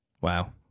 Wow